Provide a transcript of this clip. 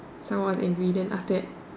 someone was angry then after that